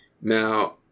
now